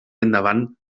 endavant